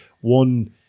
one